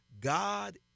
God